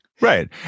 Right